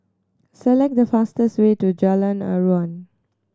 select the fastest way to Jalan Aruan